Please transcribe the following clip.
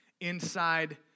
inside